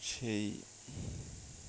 সেই